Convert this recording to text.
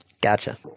Gotcha